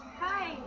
Hi